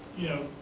you know,